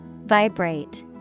Vibrate